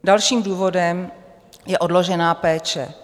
Dalším důvodem je odložená péče.